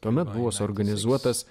tuomet buvo suorganizuotas